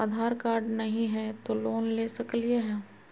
आधार card नही हय, तो लोन ले सकलिये है?